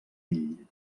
ell